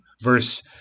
verse